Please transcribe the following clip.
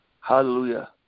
Hallelujah